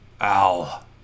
Al